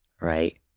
right